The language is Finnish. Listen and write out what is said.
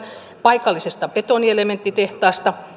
paikallisesta betonielementtitehtaasta